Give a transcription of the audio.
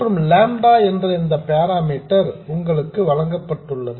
மற்றும் லாம்டா என்ற இந்த பேராமீட்டர் உங்களுக்கு வழங்கப்பட்டுள்ளது